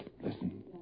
Listen